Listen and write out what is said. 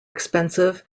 expensive